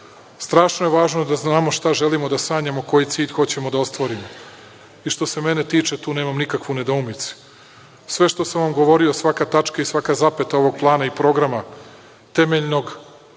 govorim. Strašno je važno da znamo šta želimo, da sanjamo koji cilj hoćemo da ostvarimo i što se mene tiče tu nemam nikakvu nedoumicu. Sve što sam vam govorio, svaka tačka i svaka zapeta ovog plana i programa, temeljnog,